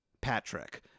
Patrick